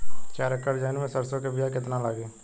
चार एकड़ जमीन में सरसों के बीया कितना लागी?